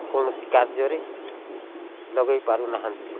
କୌଣସି କାର୍ଯ୍ୟରେ ଲଗାଇ ପାରୁନାହାନ୍ତି